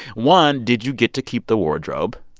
one, did you get to keep the wardrobe?